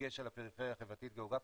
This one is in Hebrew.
בדגש על הפריפריה החברתית והגיאוגרפית,